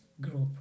group